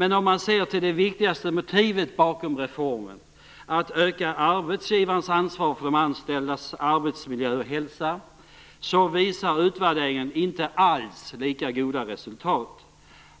Men om man ser till det viktigaste motivet bakom reformen - att öka arbetsgivarens ansvar för de anställdas arbetsmiljö och hälsa - visar utvärderingen inte alls lika goda resultat.